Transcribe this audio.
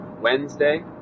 Wednesday